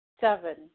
Seven